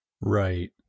right